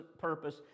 purpose